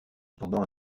cependant